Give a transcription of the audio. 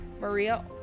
Maria